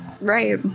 Right